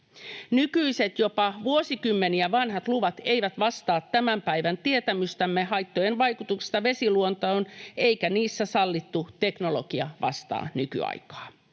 Nykyiset, jopa vuosikymmeniä vanhat luvat eivät vastaa tämän päivän tietämystämme haittojen vaikutuksista vesiluontoon, eikä niissä sallittu teknologia vastaa nykyaikaa.